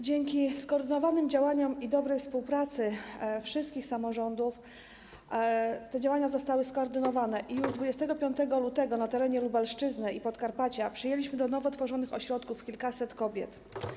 Dzięki skoordynowanym działaniom i dobrej współpracy wszystkich samorządów te działania zostały skoordynowane i już 25 lutego na terenie Lubelszczyzny i Podkarpacia przyjęliśmy do nowo otworzonych ośrodków kilkaset kobiet.